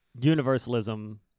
universalism